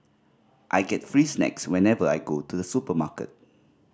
I get free snacks whenever I go to the supermarket